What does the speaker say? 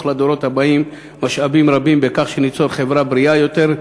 לדורות הבאים משאבים רבים בכך שניצור חברה בריאה יותר,